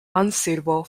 unsuitable